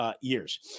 years